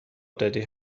دادی